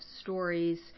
stories